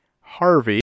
Harvey